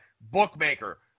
bookmaker